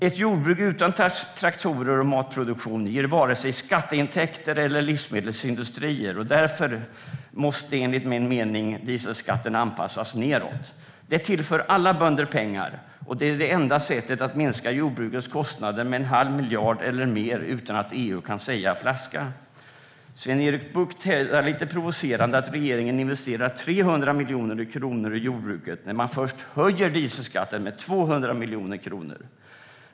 Ett jordbruk utan traktorer och matproduktion ger varken skatteintäkter eller livsmedelsindustrier, och därför måste enligt min mening dieselskatten anpassas nedåt. Det tillför alla bönder pengar, och det är det enda sättet att minska jordbrukets kostnader med en halv miljard eller mer utan att EU kan säga flaska. Sven-Erik Bucht hävdar lite provocerande att regeringen investerar 300 miljoner kronor i jordbruket, när den först har höjt dieselskatten med 200 miljoner kronor.